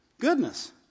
goodness